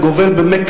מעוניינת